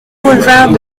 boulevard